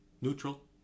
neutral